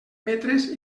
metres